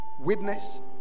witness